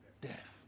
death